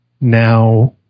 Now